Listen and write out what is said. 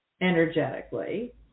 energetically